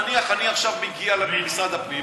נניח אני עכשיו מגיע למשרד הפנים,